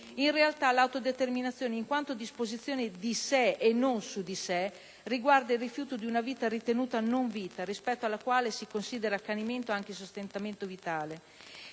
In realtà l'autodeterminazione in quanto disposizione di sé e non su di sé, riguarda il rifiuto di una vita ritenuta non vita, rispetto alla quale si considera accanimento anche il sostentamento vitale.